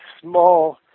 small